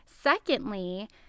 Secondly